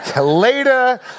Later